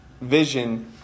Vision